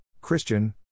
Christian